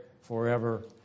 forever